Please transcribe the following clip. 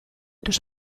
tus